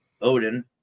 Odin